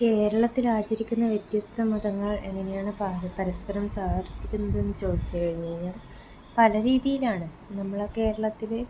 കേരളത്തില് ആചരിക്കുന്ന വ്യത്യസ്ത മതങ്ങള് എങ്ങനെയാണ് പാര പരസ്പരം സഹവര്ത്തിക്കുന്നതെന്ന് ചോദിച്ച് കഴിഞ്ഞ് കഴിഞ്ഞാൽ പല രീതിയിലാണ് നമ്മള കേരളത്തിൽ